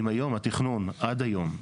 התכנון עד היום,